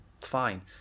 Fine